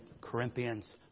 Corinthians